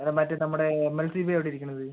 അത് മറ്റേ നമ്മടെ എം എൽ സി വി എവിടെയാണ് ഇരിക്കുന്നത്